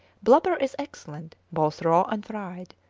blubber is excellent, both raw and fried.